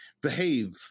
behave